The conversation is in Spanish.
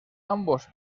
ambos